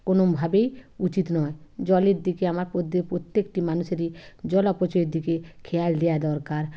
কোনভাবেই উচিত নয় জলের দিকে আমার প্রত্যেকটি মানুষেরই জল অপচয়ের দিকে খেয়াল দেওয়া দরকার